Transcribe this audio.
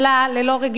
ללא רגישות.